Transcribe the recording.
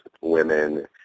women